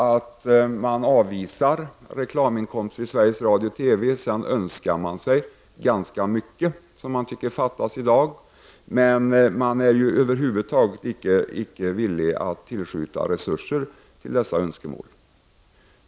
Man avvisar reklaminkomster från Sveriges Radio/TV, och sedan önskar man sig ganska mycket som man anser fattas i dag. Men man är över huvud taget icke villig att tillskjuta resurser till dessa önskemål.